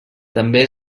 també